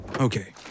Okay